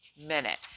minute